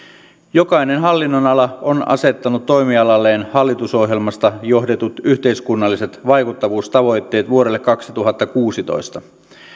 jokainen hallinnonala on asettanut toimialalleen hallitusohjelmasta johdetut yhteiskunnalliset vaikuttavuustavoitteet vuodelle kaksituhattakuusitoista